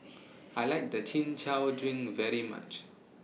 I like The Chin Chow Drink very much